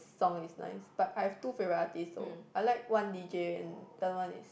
song is nice but I have two favourite artists though I like one d_j and the other one is